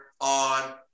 on